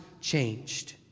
changed